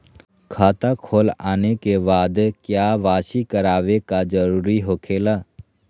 खाता खोल आने के बाद क्या बासी करावे का जरूरी हो खेला?